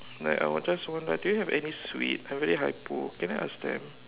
like I will just wonder do you have any sweet I very hypo can I ask them